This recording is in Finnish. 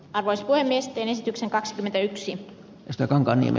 arvoisa puhemies teen esityksen kaksikymmentäyksi kastetaanko niin